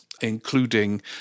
including